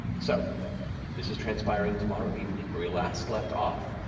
so this is transpiring tomorrow evening. where we last left off,